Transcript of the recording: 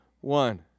one